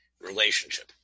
relationship